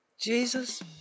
Jesus